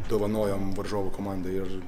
dovanojom varžovų komandai ir